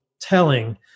telling